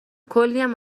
کلیم